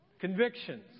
Convictions